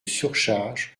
surcharge